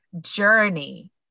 journey